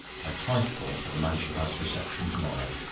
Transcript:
i twice thought of the mansion house reception to-morrow.